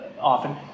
often